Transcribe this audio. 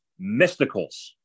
Mysticals